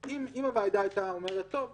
אם הוועדה הייתה אומרת: טוב,